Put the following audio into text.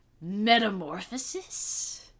metamorphosis